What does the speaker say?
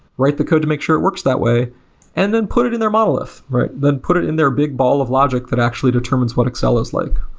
wr ite the code to make sure it works that way and then put it in their monol ith then put it in their big ball of logic that actually determines what excel is like.